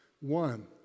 one